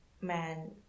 man